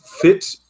fit